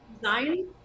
design